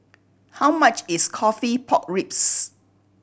how much is coffee pork ribs